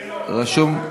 רשום.